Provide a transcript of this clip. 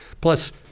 Plus